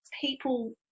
people